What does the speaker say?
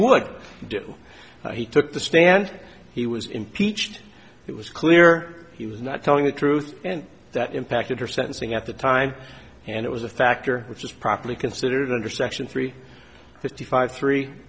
would do so he took the stand he was impeached it was clear he was not telling the truth and that impacted her sentencing at the time and it was a factor which was properly considered under section three fifty five three